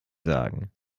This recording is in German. sagen